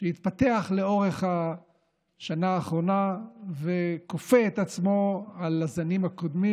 שהתפתח לאורך השנה האחרונה וכופה את עצמו על הזנים הקודמים,